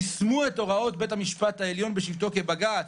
שייאמר לפרוטוקול שבשני זה יגיע למליאה.